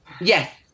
Yes